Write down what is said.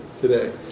today